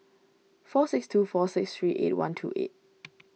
four six two four six three eight one two eight